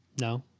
No